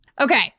Okay